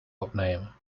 opnemen